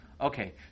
Okay